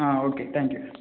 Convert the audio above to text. ah okay thank you